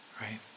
right